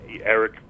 Eric